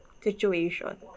situation